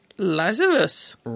Lazarus